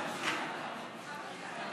אנחנו ממשיכים